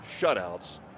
shutouts